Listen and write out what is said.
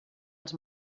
els